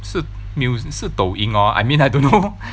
是 ne~ 是抖音 lor I mean I don't know